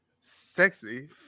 sexy